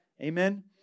Amen